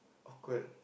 awkward